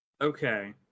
Okay